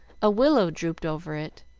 a willow drooped over it,